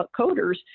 coders